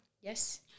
Yes